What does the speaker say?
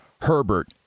Herbert